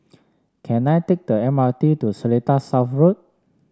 can I take the M R T to Seletar South Road